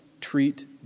treat